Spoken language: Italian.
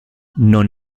non